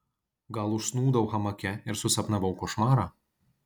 gal užsnūdau hamake ir susapnavau košmarą